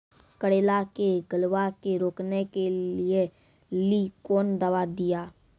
करेला के गलवा के रोकने के लिए ली कौन दवा दिया?